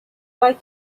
like